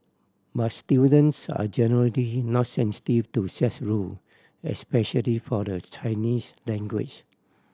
but students are generally not sensitive to such rule especially for the Chinese language